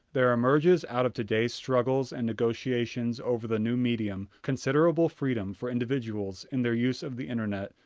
there emerges out of today's struggles and negotiations over the new medium considerable freedom for individuals in their use of the internet,